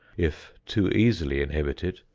if too easily inhibited,